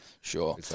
Sure